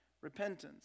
repentance